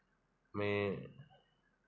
में